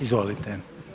Izvolite.